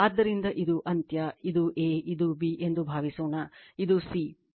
ಆದ್ದರಿಂದ ಇದು ಅಂತ್ಯ ಇದು A ಇದು B ಎಂದು ಭಾವಿಸೋಣ ಇದು C